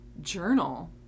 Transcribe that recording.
journal